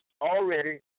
already